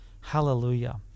Hallelujah